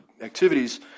activities